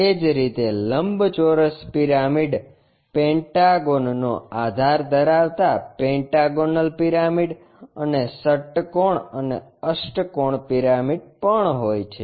એ જ રીતે લંબચોરસ પિરામિડ પેન્ટાગોનનો આધાર ધરાવતા પેન્ટાગોનલ પિરામિડ અને ષટ્કોણ અને અષ્ટકોષ પિરામિડ પણ હોય છે